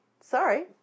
Sorry